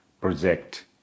project